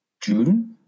June